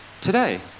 today